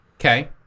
okay